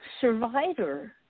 survivor